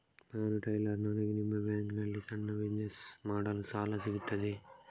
ನಾನು ಟೈಲರ್, ನನಗೆ ನಿಮ್ಮ ಬ್ಯಾಂಕ್ ನಲ್ಲಿ ಸಣ್ಣ ಬಿಸಿನೆಸ್ ಮಾಡಲು ಸಾಲ ಸಿಗುತ್ತದೆಯೇ?